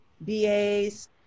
BAs